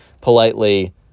politely